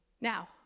Now